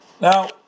Now